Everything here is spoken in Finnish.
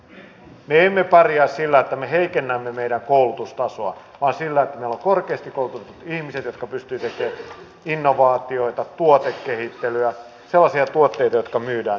me emme pärjää sillä että me heikennämme meidän koulutustasoa vaan sillä että meillä on korkeasti koulutetut ihmiset jotka pystyvät tekemään innovaatioita tuotekehittelyä sellaisia tuotteita jotka myydään